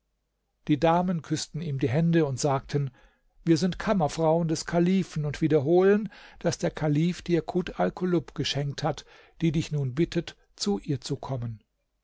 die damen küßten ihm die hände und sagten wir sind kammerfrauen des kalifen und wiederholen daß der kalif dir kut alkulub geschenkt hat die dich nun bittet zu ihr zu kommen